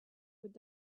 would